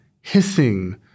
hissing